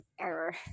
error